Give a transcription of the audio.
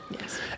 Yes